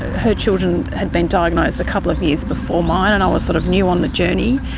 her children had been diagnosed a couple of years before mine and i was sort of new on the journey.